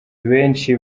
benshi